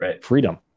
freedom